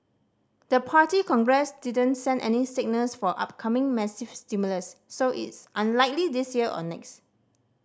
the Party Congress didn't send any signals for upcoming massive stimulus so it's unlikely this year or next